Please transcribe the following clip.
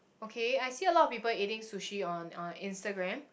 okay I see a lot of people eating sushi on on Instagram